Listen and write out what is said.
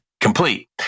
complete